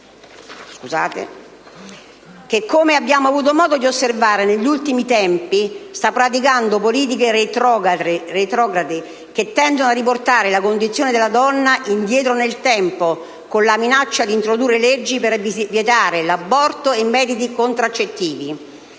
che, come abbiamo avuto modo di osservare negli ultimi tempi, sta praticando politiche retrograde che tendono a riportare la condizione della donna indietro nel tempo, con la minaccia di introdurre leggi per vietare l'aborto e i metodi contraccettivi.